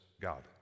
God